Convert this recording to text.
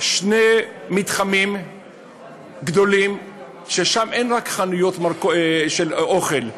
שני מתחמים גדולים ששם אין רק חנויות של אוכל,